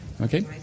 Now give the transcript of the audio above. Okay